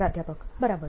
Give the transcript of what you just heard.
પ્રાધ્યાપક બરાબર